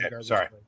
Sorry